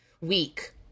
week